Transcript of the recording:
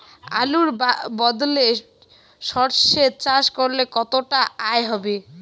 আলুর বদলে সরষে চাষ করলে কতটা আয় হবে?